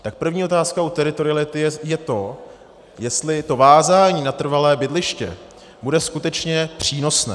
Tak první otázkou teritoriality je to, jestli to vázání na trvalé bydliště bude skutečně přínosné.